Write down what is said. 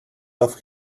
off